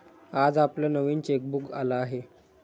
आज आपलं नवीन चेकबुक आलं आहे